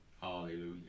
Hallelujah